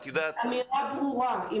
בתי הספר עצמם יקבלו הודעה מהשירות